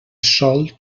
sòl